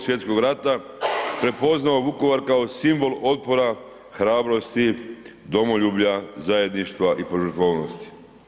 Svj. rata, prepoznao Vukovar kao simbol otpora, hrabrosti, domoljublja, zajedništva i požrtvovnosti.